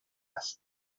است